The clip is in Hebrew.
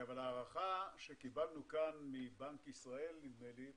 אבל ההערכה שקיבלנו כאן מבנק ישראל, נדמה לי,